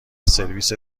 سرویس